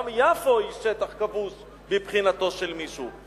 גם יפו היא שטח כבוש מבחינתו של מישהו.